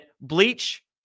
bleach